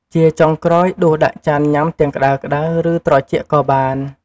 ជាចុងក្រោយ ដួសដាក់ចានញ៉ាំទាំងក្តៅៗ ឬត្រជាក់ក៏បាន។